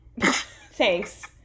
Thanks